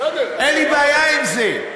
אין לי בעיה עם זה.